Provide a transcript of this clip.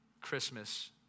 Christmas